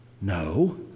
No